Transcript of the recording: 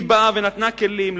היא באה ונתנה כלים,